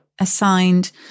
assigned